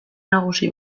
nagusi